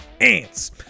ants